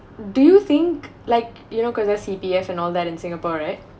do you think like you know cause of C_P_F and all that in singapore right